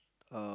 uh